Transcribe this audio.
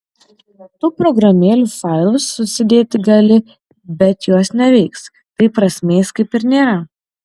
tų programėlių failus susidėti gali bet jos neveiks tai prasmės kaip ir nėra